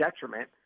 detriment